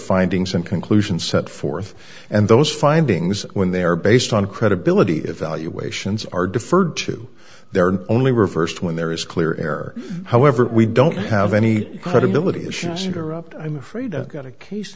findings and conclusions set forth and those findings when they are based on credibility evaluations are deferred to their only reversed when there is clear air however we don't have any credibility issues interrupt i'm afraid i've got a case